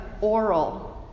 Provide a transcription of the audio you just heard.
oral